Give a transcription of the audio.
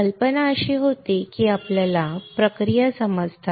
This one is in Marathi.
कल्पना अशी होती की आपल्याला प्रक्रिया समजतात